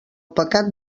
pecat